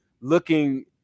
looking